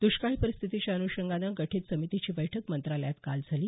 दुष्काळी परिस्थितीच्या अनुषंगाने गठीत समितीची बैठक मंत्रालयात काल झाली